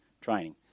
training